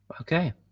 Okay